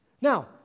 Now